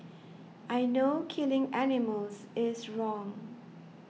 I know killing animals is wrong